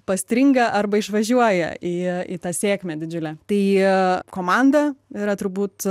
pastringa arba išvažiuoja į į tą sėkmę didžiulę tai komanda yra turbūt